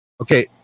Okay